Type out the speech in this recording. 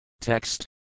Text